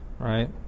Right